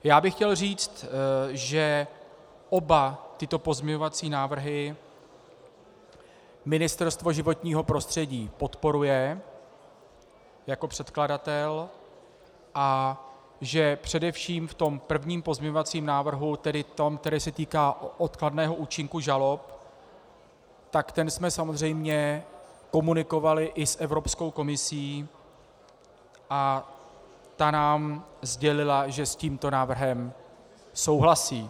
Já bych chtěl říct, že oba tyto pozměňovací návrhy Ministerstvo životního prostředí podporuje jako předkladatel a že především v tom prvním pozměňovacím návrhu, tedy v tom, který se týká odkladného účinku žalob, tak ten jsme samozřejmě komunikovali i s Evropskou komisí a ta nám sdělila, že s tímto návrhem souhlasí.